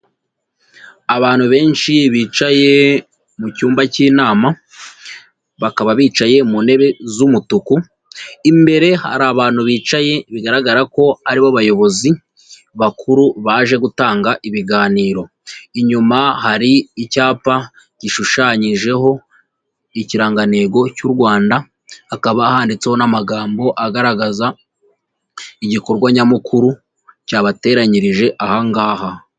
Abantu benshi bicaye mu cyumba cy'inama, bakaba bicaye mu ntebe z'umutuku, imbere hari abantu bicaye bigaragara ko ari bo bayobozi bakuru baje gutanga ibiganiro, inyuma hari icyapa gishushanyijeho ikirangantego cy'u Rwanda, hakaba handitseho n'amagambo agaragaza igikorwa nyamukuru cyabateranyirije aha ngaha.